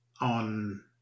on